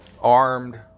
armed